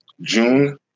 June